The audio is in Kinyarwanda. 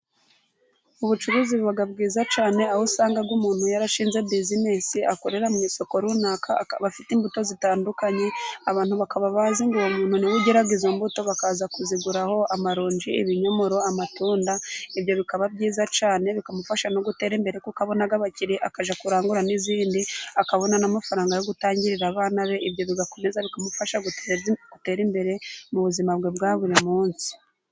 Ubucuruzi buba bwiza cyane, aho usanga umuntu yarashinze bizinesi akorera mu isoko runaka akaba afite imbuto zitandukanye, abantu bazi ngo umuntu ni we ugira izo mbuto, bakaza kuzigura aho amaronji, ibinyomoro, amatunda, ibyo bikaba byiza cyane bikamufasha no gutera imbere kuko abona abakiriya akajya kurangurara n'izindi akabona n'amafaranga yo gutangirira abana be, ibyo bigakomeza bikamufasha gutera imbere mu buzima bwe bwa buri munsi.